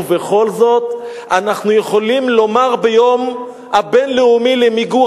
ובכל זאת אנחנו יכולים לומר ביום הבין-לאומי למיגור